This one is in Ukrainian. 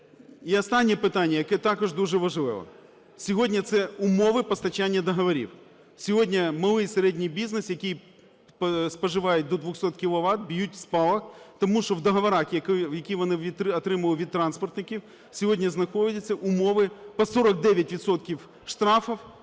І останнє питання, яке також дуже важливе. Сьогодні це умови постачання договорів. Сьогодні малий і середній бізнес, який споживають до 200 кіловат, б'ють в спалах, тому що в договорах, які вони отримали від транспортників, сьогодні знаходяться умови по 49 відсотків